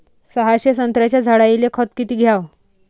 सहाशे संत्र्याच्या झाडायले खत किती घ्याव?